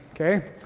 okay